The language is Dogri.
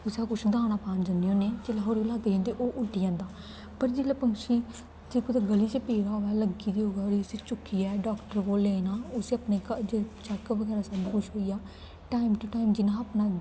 उस्सी कुछ दाना पान जन्ने होन्ने जेल्लै थोह्ड़ा ओह्दे लाग्गे जंदे ओह् उड्डी जंदा पर जेल्लै पंछी जे कुतै गली च पेदा होवै लग्गी दी होवै ओल्लै उस्सी चुकियै डाक्टर कोल लेना उस्सी अपने घा जे चैक्क बगैरा सब्भ कुछ होई गेआ टाइम टू टाइम जियां अपना